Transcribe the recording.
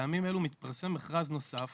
בימים אלו מפרסם מכרז נוסף